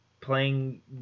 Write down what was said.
playing